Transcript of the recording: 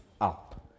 up